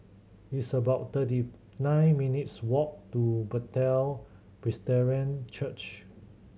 it's about thirty nine minutes' walk to Bethel Presbyterian Church